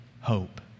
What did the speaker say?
hope